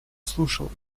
слушал